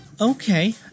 Okay